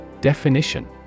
Definition